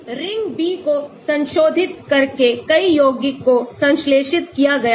ring B को संशोधित करके कई यौगिकों को संश्लेषित किया गया था